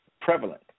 prevalent